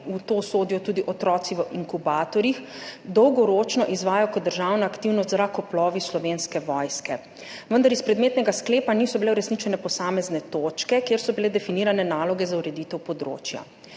v to sodijo tudi otroci v inkubatorjih, dolgoročno izvajajo kot državna aktivnost z zrakoplovi Slovenske vojske, vendar iz predmetnega sklepa niso bile uresničene posamezne točke, kjer so bile definirane naloge za ureditev področja.